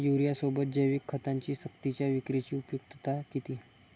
युरियासोबत जैविक खतांची सक्तीच्या विक्रीची उपयुक्तता किती?